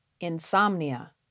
insomnia